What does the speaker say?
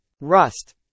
Rust